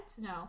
no